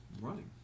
running